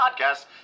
podcast